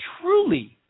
truly